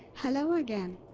hello again!